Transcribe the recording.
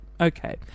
okay